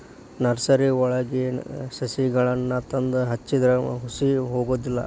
ನರ್ಸರಿವಳಗಿ ಸಸಿಗಳನ್ನಾ ತಂದ ಹಚ್ಚಿದ್ರ ಹುಸಿ ಹೊಗುದಿಲ್ಲಾ